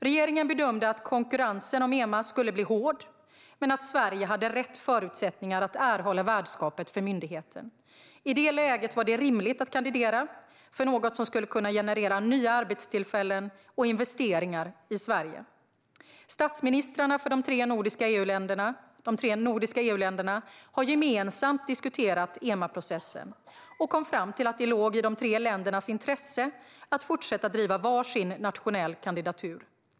Regeringen bedömde att konkurrensen om EMA skulle bli hård men att Sverige hade rätt förutsättningar att erhålla värdskapet för myndigheten. I det läget var det rimligt att kandidera för något som skulle kunna generera nya arbetstillfällen och investeringar i Sverige. Statsministrarna för de tre nordiska EU-länderna har gemensamt diskuterat EMA-processen och kom fram till att det låg i de tre ländernas intresse att fortsätta driva var sin nationell kandidatur.